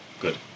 Good